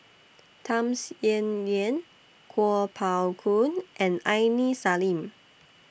Tham Sien Yen Yen Kuo Pao Kun and Aini Salim